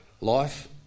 life